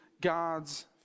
God's